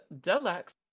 Deluxe